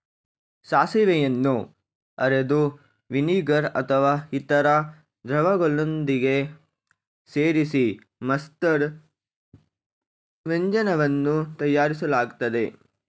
ಸಾಸಿವೆಯನ್ನು ಅರೆದು ವಿನಿಗರ್ ಅಥವಾ ಇತರ ದ್ರವಗಳೊಂದಿಗೆ ಸೇರಿಸಿ ಮಸ್ಟರ್ಡ್ ವ್ಯಂಜನವನ್ನು ತಯಾರಿಸಲಾಗ್ತದೆ